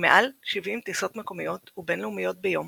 עם מעל 70 טיסות מקומיות ובינלאומיות ביום